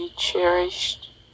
cherished